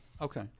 okay